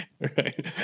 Right